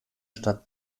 stadt